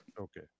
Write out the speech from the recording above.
Okay